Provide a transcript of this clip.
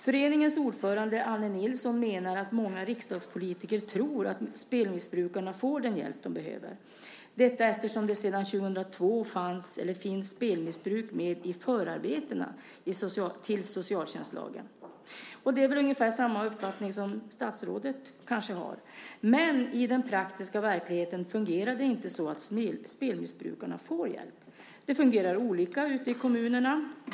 Föreningens ordförande Anne Nilsson menar att många riksdagspolitiker tror att spelmissbrukarna får den hjälp de behöver - detta eftersom det sedan år 2002 finns spelmissbruk med i förarbetena till socialtjänstlagen. Det är väl ungefär samma uppfattning som statsrådet kanske har. Men i praktiken fungerar det i verkligheten inte så att spelmissbrukarna får hjälp. Det fungerar olika ute i kommunerna.